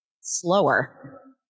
slower